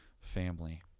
family